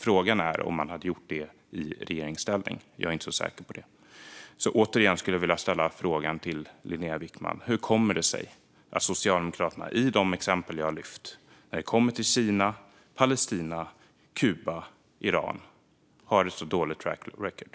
Frågan är om man hade gjort det i regeringsställning. Jag är inte säker på det. Återigen skulle jag vilja ställa frågan till Linnéa Wickman: Hur kommer det sig att Socialdemokraterna i de exempel jag har lyft när det gäller Kina, Palestina, Kuba och Iran har ett så dåligt track record?